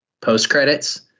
post-credits